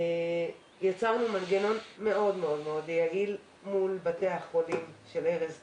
יצרנו מנגנון מאוד מאוד יעיל מול בתי החולים לגבי ערש דווי.